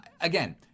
again